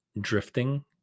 drifting